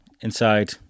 inside